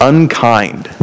Unkind